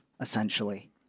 essentially